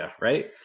right